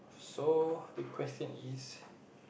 so the question is